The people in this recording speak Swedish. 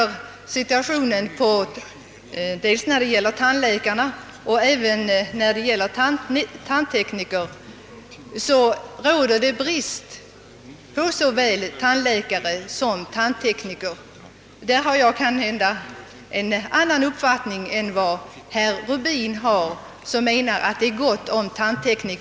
Vad sedan tillgången på tandläkare och tandtekniker beträffar råder det brist på båda kategorierna. Herr Rubin ansåg att det är gott om tandtekniker, men där har jag en annan uppfattning.